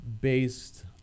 Based